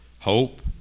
hope